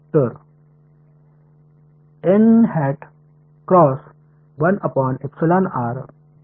तर एकदा ते लिहू या